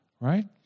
right